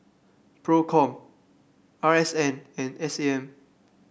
Procom R S N and S A M